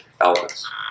elements